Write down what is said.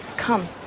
come